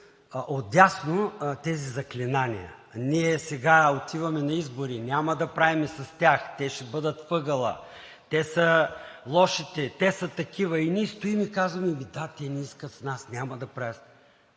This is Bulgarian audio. отдясно тези заклинания: ние сега отиваме на избори, няма да правим с тях, те ще бъдат в ъгъла, те са лошите, те са такива – и ние стоим и казваме: ами да, те не искат с нас, няма да правят.